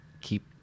keep